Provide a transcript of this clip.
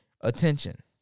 Attention